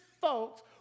folks